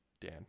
Dan